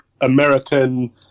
American